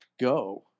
Go